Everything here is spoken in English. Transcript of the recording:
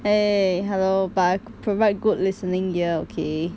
eh hello but provide good listening ear okay